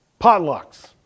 Potlucks